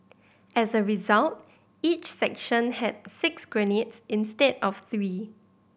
as a result each section had six grenades instead of three